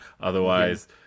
Otherwise